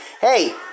hey